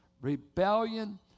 rebellion